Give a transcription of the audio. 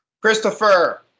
Christopher